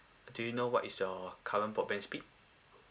do you know what is your current broadband speed